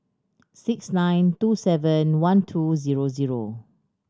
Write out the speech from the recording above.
six nine two seven one two zero zero